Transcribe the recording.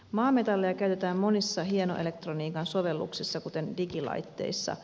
maametalleja käytetään monissa hienoelektroniikan sovelluksissa kuten digilaitteissa